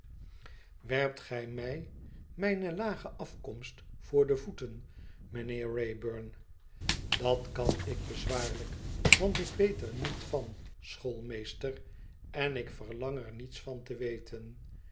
werpt gij mij mijne lage afkomst voor de voeten mijnheer wraybum dat kan ik bezwaarlijk want ik weet er niet van schoolmeester en ik verlaiig er niets van te weten